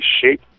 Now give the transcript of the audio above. shape